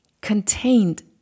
contained